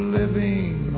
living